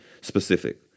specific